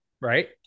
right